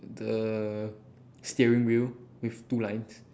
the steering wheel with two lines